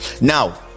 Now